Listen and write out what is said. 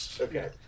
Okay